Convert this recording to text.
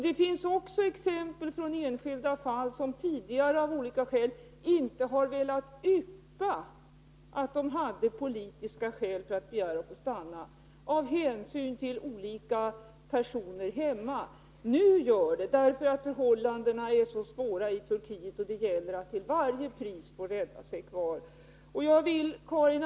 Det finns också exempel på att människor som tidigare inte har velat yppa att de hade politiska skäl för att begära att få stanna — av hänsyn till olika personer i hemlandet — nu gör det därför att förhållandena är så svåra i Turkiet att det gäller att till varje pris rädda sig kvar i Sverige.